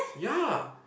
ya